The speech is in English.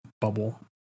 bubble